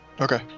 Okay